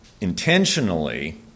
intentionally